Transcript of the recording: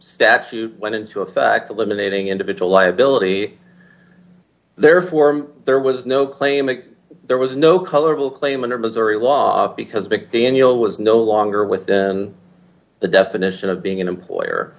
statute went into effect eliminating individual liability therefore there was no claim that there was no colorable claimant or missouri law because big daniel was no longer within the definition of being an employer